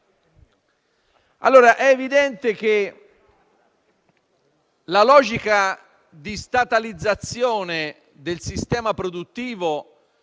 È evidente che la logica di statalizzazione del sistema produttivo